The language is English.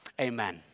Amen